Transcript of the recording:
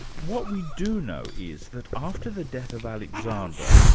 what we do know is that after the death of alexander,